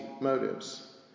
motives